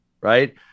right